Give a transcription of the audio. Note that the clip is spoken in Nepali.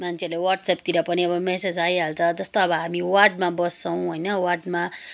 मान्छेहरूले वाट्सएपतिर पनि अब मेसेज आइहाल्छ जस्तो अब हामी वार्डमा बस्छौँ होइन वार्डमा